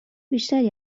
بیشتری